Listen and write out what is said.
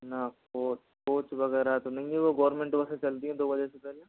ना coach coach वगैरह तो नहीं है वो गोरमेंट बसें चलती हैं दो बजे से पेहले